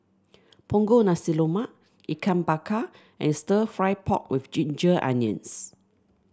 Punggol Nasi Lemak Ikan Bakar and stir fry pork with Ginger Onions